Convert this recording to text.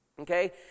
okay